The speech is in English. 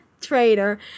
Trader